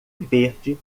verde